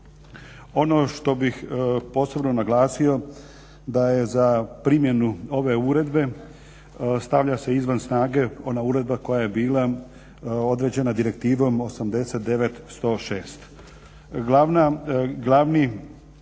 Ono što bih posebno naglasio da je za primjenu ove uredbe, stavlja se izvan snage ona uredba koja je bila određena direktivom 89/106.